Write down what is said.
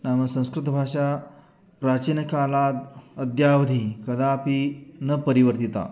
नाम संस्कृतभाषा प्राचीनकालात् अद्यावधि कदापि न परिवर्तिता